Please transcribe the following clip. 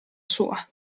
sua